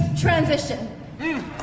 transition